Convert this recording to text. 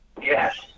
Yes